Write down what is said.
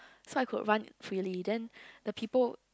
so I could run freely then the people